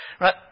right